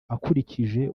akurikije